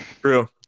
True